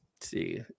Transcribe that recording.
See